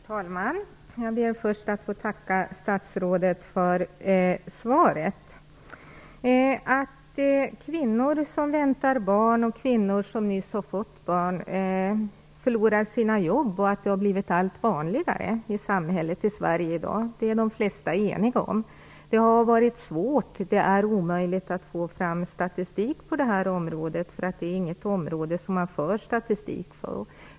Herr talman! Jag ber först att få tacka statsrådet för svaret. Att kvinnor som väntar barn och kvinnor som nyss har fått barn förlorar sina jobb och att detta har blivit allt vanligare i samhället i dag är de flesta eniga om. Det har varit svårt att undersöka frågan, eftersom det är omöjligt att få fram statistik på det här området. Detta är nämligen inget område som man för statistik på.